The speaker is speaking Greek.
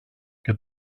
και